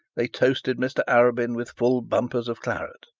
they toasted mr arabin with full bumpers of claret.